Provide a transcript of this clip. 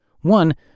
One